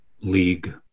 league